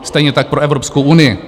Stejně tak pro Evropskou unii.